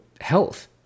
health